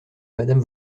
madame